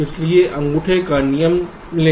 इसलिए अंगूठे का एक नियम लें